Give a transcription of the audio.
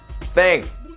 Thanks